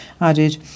added